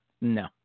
no